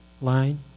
line